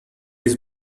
his